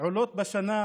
עולות בשנה